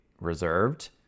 reserved